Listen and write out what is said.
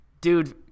dude